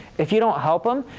if you don't help them,